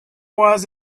was